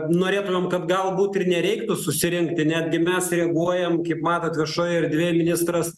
norėtumėm kad galbūt ir nereiktų susirinkti netgi mes reaguojam kaip matot viešojoj erdvėj ministras